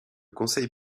conseil